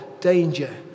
danger